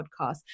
podcast